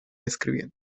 escribiendo